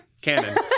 canon